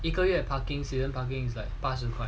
一个月 parking season parking like 八十块